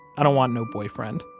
i don't want no boyfriend.